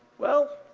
well,